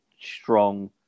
strong